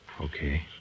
Okay